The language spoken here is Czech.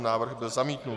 Návrh byl zamítnut.